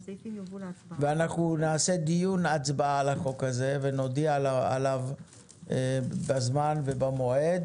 ואנחנו נעשה דיון והצבעה על החוק הזה ונודיע עליו בזמן ובמועד,